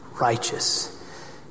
righteous